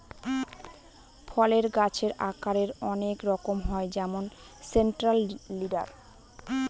ফলের গাছের আকারের অনেক রকম হয় যেমন সেন্ট্রাল লিডার